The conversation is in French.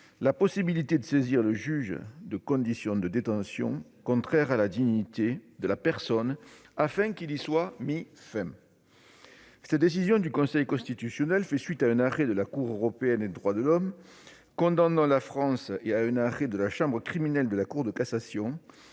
la possibilité de saisir le juge de conditions de détention contraires à la dignité de la personne, afin qu'il y soit mis fin. Cette décision du Conseil constitutionnel fait suite à un arrêt de la Cour européenne des droits de l'homme condamnant la France, ainsi qu'à un arrêt de la chambre criminelle de la Cour de cassation